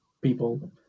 people